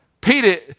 Peter